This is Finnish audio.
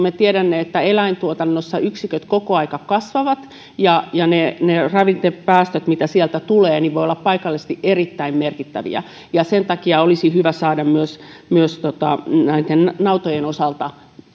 me tiedämme eläintuotannossa yksiköt koko ajan kasvavat ja ja ne ne ravinnepäästöt mitä sieltä tulee voivat olla paikallisesti erittäin merkittäviä ja sen takia olisi hyvä saada tämä raja myös näiden nautojen osalta